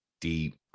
deep